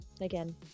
again